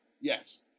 yes